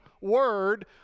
word